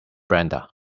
brenda